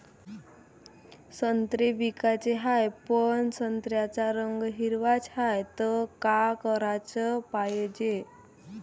संत्रे विकाचे हाये, पन संत्र्याचा रंग हिरवाच हाये, त का कराच पायजे?